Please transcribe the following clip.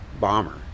bomber